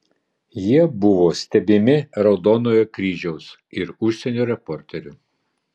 jie buvo stebimi raudonojo kryžiaus ir užsienio reporterių